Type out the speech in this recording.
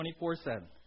24-7